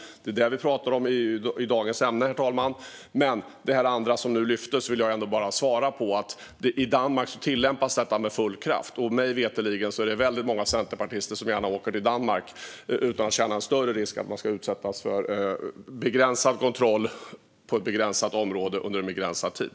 Det är det som är dagens ämne, herr talman, men jag vill ändå svara på det andra som nu lyftes. I Danmark tillämpas detta med full kraft, och mig veterligen är det väldigt många centerpartister som gärna åker till Danmark utan att känna en större risk för att de ska utsättas för begränsad kontroll i ett begränsat område under en begränsad tid.